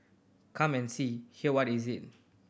come and see hear what is it